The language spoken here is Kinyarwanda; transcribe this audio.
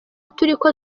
turiko